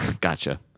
Gotcha